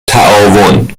تعاون